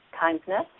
kindness